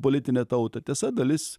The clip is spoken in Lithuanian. politinę tautą tiesa dalis